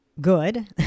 good